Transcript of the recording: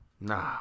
Nah